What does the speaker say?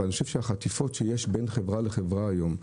אבל אני חושב שהחטיפות שיש בין חברה לחברה היום,